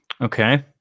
Okay